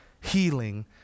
healing